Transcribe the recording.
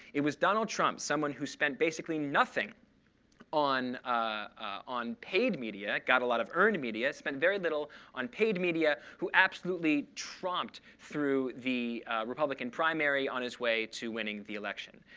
it was donald trump someone who spent basically nothing on ah on paid media got a lot of earned media, spent very little on paid media who absolutely trumped through the republican primary on his way to winning the election.